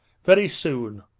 very soon!